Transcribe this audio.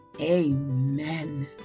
Amen